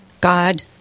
God